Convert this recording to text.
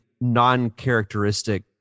non-characteristic